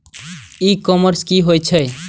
E commerce की होए छै?